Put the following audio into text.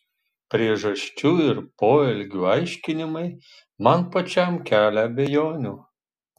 priežasčių ir poelgių aiškinimai man pačiam kelia abejonių